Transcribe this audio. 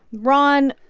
ron,